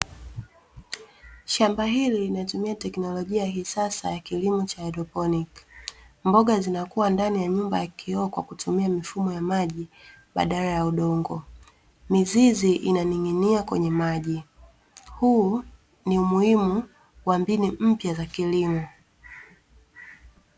Shamba hili linatumia teknolojia ya kisasa ya kilimo cha haidroponi. Mboga zinakua ndani ya nyumba ya kioo kwa kutumia mifumo ya maji baadala ya udongo. Mizizi inaning'inia kwenye maji. Huu ni umuhimu wa mbinu mpya za kilimo.